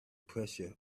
pressure